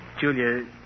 Julia